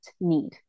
need